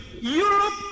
Europe